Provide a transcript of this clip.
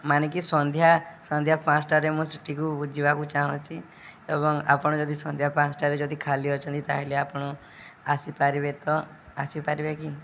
ମାନେ କି ସନ୍ଧ୍ୟା ସନ୍ଧ୍ୟା ପାଞ୍ଚଟାରେ ମୁଁ ସେଠିକୁ ଯିବାକୁ ଚାହୁଁଛି ଏବଂ ଆପଣ ଯଦି ସନ୍ଧ୍ୟା ପାଞ୍ଚଟାରେ ଯଦି ଖାଲି ଅଛନ୍ତି ତା'ହେଲେ ଆପଣ ଆସିପାରିବେ ତ ଆସିପାରିବେ କି